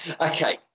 Okay